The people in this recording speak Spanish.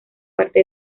parte